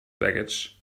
baggage